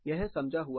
यह समझा हुआ है